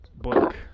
book